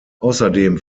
außerdem